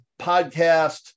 podcast